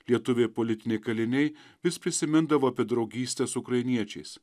lietuviai politiniai kaliniai vis prisimindavo apie draugystę su ukrainiečiais